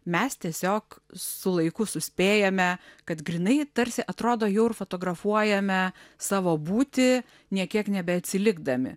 mes tiesiog su laiku suspėjame kad grynai tarsi atrodo jau ir fotografuojame savo būtį nė kiek neatsilikdami